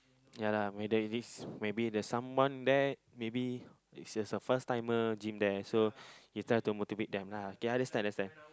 ya lah whether it is maybe there's someone there maybe is just a first timer gym there so you try to motivate them lah okay understand understand